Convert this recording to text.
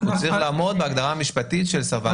צריך לעמוד בהגדרה המשפטית של סרבן גט.